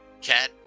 Cat